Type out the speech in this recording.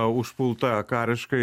užpulta kariškai